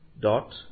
dot